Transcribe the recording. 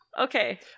okay